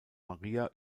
maria